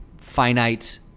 finite